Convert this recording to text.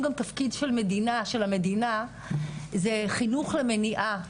גם תפקיד של המדינה זה חינוך למניעה,